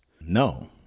No